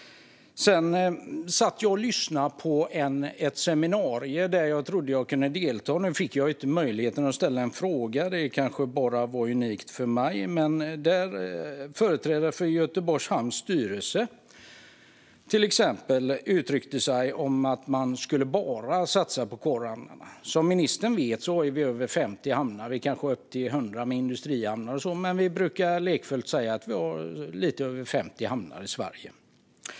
Jag satt och lyssnade på ett seminarium där jag trodde att jag kunde delta men fick ingen möjlighet att ställa en fråga, vilket kanske var unikt för mig. Företrädare för Göteborgs Hamns styrelse uttryckte att man bara skulle satsa på corehamnarna. Som ministern vet har vi kanske upp till 100 hamnar med industrihamnar och så, men vi brukar säga att vi har lite över 50 hamnar i Sverige.